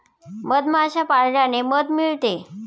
मधमाश्या पाळल्याने मध मिळते